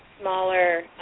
smaller